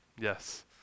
Yes